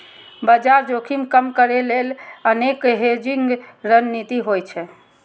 बाजार जोखिम कम करै लेल अनेक हेजिंग रणनीति होइ छै